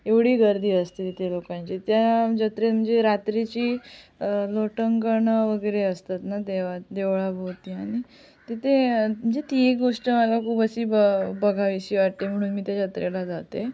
एवढी गर्दी असते तिथे लोकांची त्या जत्रेन म्हणजे रात्रीची लोटंगणं वगैरे असतात ना देवा देवळाभोवती आणि तिथे म्हणजे ती एक गोष्ट मला खूप अशी बं बघावीशी वाटते म्हणून मी त्या जत्रेला जाते